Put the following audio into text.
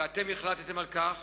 ואתם החלטתם על כך,